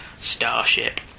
starship